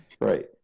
Right